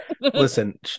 listen